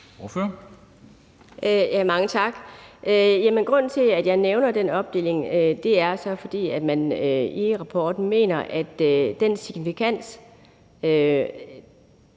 Mange tak. Grunden til, at jeg nævner den opdeling, er, at man i rapporten mener, at den signifikans,